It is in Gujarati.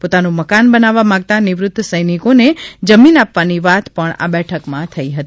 પોતાનું મકાન બનાવવા માંગતા નિવૃત સૈનિકો ને જમીન આપવાની વાત પણ આ બેઠક માં થઈ હતી